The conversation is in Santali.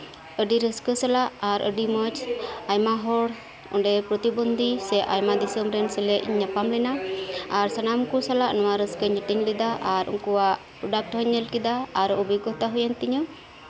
ᱟᱹᱰᱤ ᱨᱟᱹᱥᱠᱟᱹ ᱥᱟᱞᱟᱜ ᱟᱹᱰᱤ ᱢᱚᱸᱡᱽ ᱟᱭᱢᱟ ᱦᱚᱲ ᱚᱸᱰᱮ ᱯᱨᱚᱛᱤ ᱵᱚᱱᱫᱤ ᱥᱮ ᱟᱭᱢᱟ ᱫᱤᱥᱚᱢ ᱨᱮᱱ ᱥᱟᱞᱟᱜ ᱤᱧ ᱧᱟᱯᱟᱢ ᱞᱮᱱᱟ ᱟᱨ ᱥᱟᱱᱟᱢ ᱠᱚ ᱥᱟᱞᱟᱜ ᱱᱚᱶᱟ ᱨᱟᱹᱥᱠᱟᱹᱧ ᱦᱟᱹᱴᱤᱧ ᱞᱮᱫᱟ ᱟᱨ ᱩᱱ ᱠᱩᱣᱟᱜ ᱯᱨᱚᱰᱟᱠᱴ ᱦᱚᱧ ᱧᱮᱞ ᱠᱮᱫᱟ ᱟᱨ ᱚᱵᱷᱤᱜᱚᱛᱟ ᱦᱩᱭ ᱮᱱ ᱛᱤᱧᱟᱹ